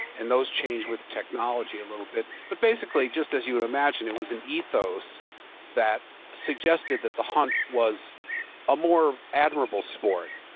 and those change with technology a little bit, but basically just as you would imagine, it was an ethos that suggested that the hunt was a more admirable sport,